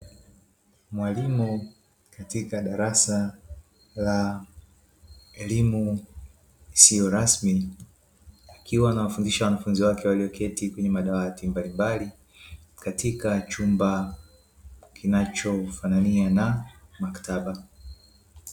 Mwalimu katika darasa la elimu isiyo rasmi akiwa anawafundisha wanafunzi wake walioketi kwenye madawati mbalimbali, katika chumba kinachofanania na maktaba.